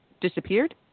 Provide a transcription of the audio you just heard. disappeared